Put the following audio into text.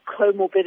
comorbidity